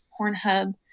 Pornhub